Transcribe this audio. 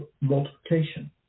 multiplication